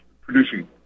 producing